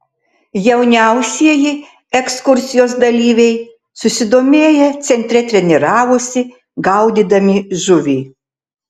jauniausieji ekskursijos dalyviai susidomėję centre treniravosi gaudydami žuvį